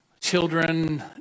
children